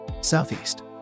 Southeast